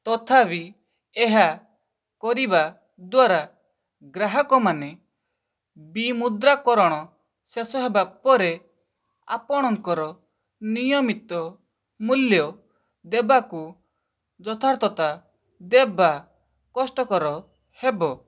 ତଥାପି ଏହା କରିବା ଦ୍ୱାରା ଗ୍ରାହକମାନେ ବିମୁଦ୍ରାକରଣ ଶେଷ ହେବା ପରେ ଆପଣଙ୍କର ନିୟମିତ ମୂଲ୍ୟ ଦେବାକୁ ଯଥାର୍ଥତା ଦେବା କଷ୍ଟକର ହେବ